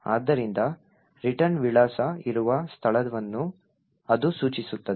ಆದ್ದರಿಂದ ರಿಟರ್ನ್ ವಿಳಾಸ ಇರುವ ಸ್ಥಳವನ್ನು ಅದು ಸೂಚಿಸುತ್ತದೆ